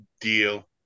deal